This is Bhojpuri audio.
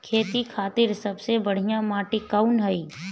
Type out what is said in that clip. खेती खातिर सबसे बढ़िया माटी कवन ह?